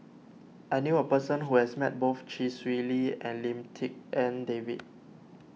I knew a person who has met both Chee Swee Lee and Lim Tik En David